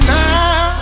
now